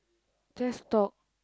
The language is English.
just talk